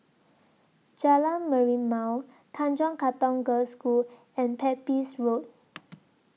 Jalan Merlimau Tanjong Katong Girls' School and Pepys Road